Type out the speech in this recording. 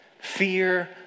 Fear